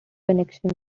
annexing